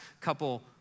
couple